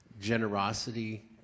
generosity